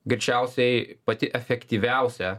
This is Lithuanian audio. greičiausiai pati efektyviausia